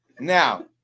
now